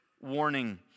warning